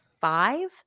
five